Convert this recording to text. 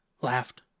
laughed